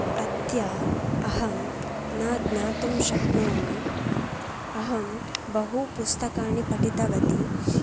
अद्य अहं न ज्ञातुं शक्नोमि अहं बहु पुस्तकानि पठितवती